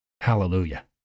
Hallelujah